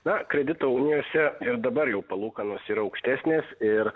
na kredito unijose ir dabar jau palūkanos ir aukštesnės ir